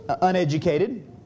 uneducated